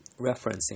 referencing